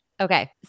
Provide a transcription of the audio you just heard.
Okay